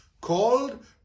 called